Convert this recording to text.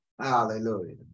hallelujah